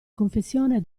confessione